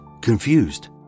confused